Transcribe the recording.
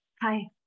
Hi